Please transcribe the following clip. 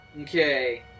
Okay